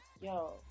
yo